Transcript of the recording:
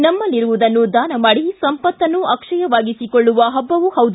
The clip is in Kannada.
ನಮಲ್ಲಿರುವುದನ್ನು ದಾನ ಮಾಡಿ ಸಂಪತ್ತನ್ನು ಅಕ್ಷಯವಾಗಿಸಿಕೊಳ್ಳುವ ಹಬ್ಬವೂ ಹೌದು